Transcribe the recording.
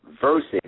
Versus